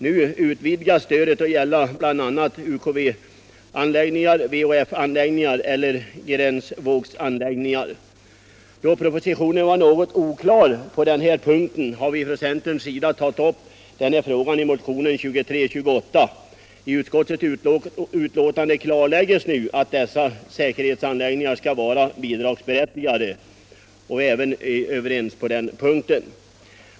Nu utvidgas stödet till att gälla bl.a. UKW-anläggningar, VHF-anläggningar eller gränsvågsanläggningar. Då propositionen var något oklar på den punkten har vi från centern tagit upp denna fråga i motionen 2328. I utskottets betänkande klarläggs nu att dessa säkerhetsanläggningar skall vara bidragsberättigade, och vi är således överens om detta.